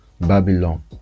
Babylon